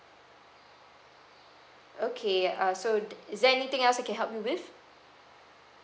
okay uh so is there anything else I can help you with